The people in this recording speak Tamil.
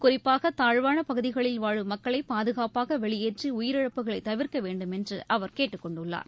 குறிப்பாகதாழ்வானபகுதிகளில் வாழும் மக்களைபாதுகாப்பாகவெளியேற்றி உயிரிழப்புகளைதவிர்க்கவேண்டுமென்றுஅவர் கேட்டுக் கொண்டுள்ளார்